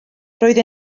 roedd